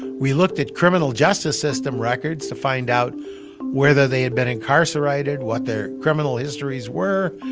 we looked at criminal justice system records to find out whether they had been incarcerated, what their criminal histories were.